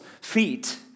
feet